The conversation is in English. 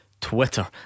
Twitter